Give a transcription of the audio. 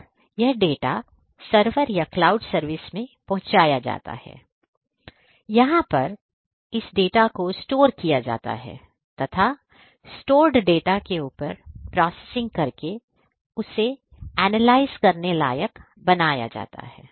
और यह data server या क्लाउड सर्विस में पहुंचाया जाता है यहां पर इस डाटा को इस डाटा को Store किया जाता है तथा स्टोर डाटा के ऊपर प्रोसेसिंग करके उसे एनालाइज करने लायक बनाया जाता है